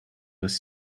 was